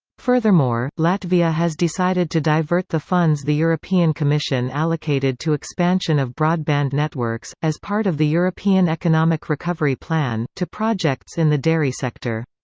furthermore, latvia has decided to divert the funds the european commission allocated to expansion of broadband networks, as part of the european economic recovery plan, to projects in the dairy sector.